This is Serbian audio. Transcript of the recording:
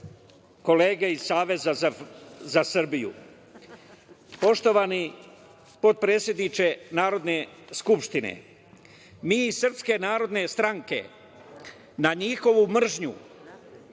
kolege iz Saveza za Srbiju. Poštovani potpredsedniče Narodne skupštine, mi iz Srpske narodne stranke na njihovu mržnju